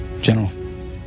General